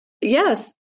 Yes